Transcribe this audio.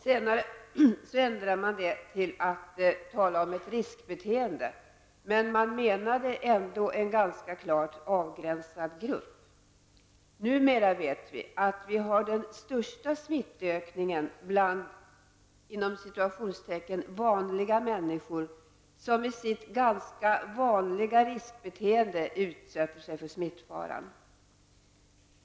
Senare ändrade man detta till att tala om ett riskbeteende, men man menade ändå en ganska klart avgränsad grupp. Numera vet vi att den största smittökningen sker bland ''vanliga människor'', som i sitt ganska vanliga riskbeteende utsätter sig för smittfaran.